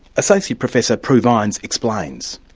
associate professor prue vines explains.